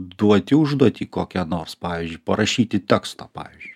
duoti užduotį kokią nors pavyzdžiui parašyti tekstą pavyzdžiui